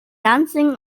dancing